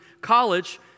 college